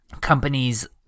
companies